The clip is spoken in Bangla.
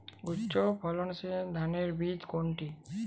উচ্চ ফলনশীল ধানের বীজ কোনটি?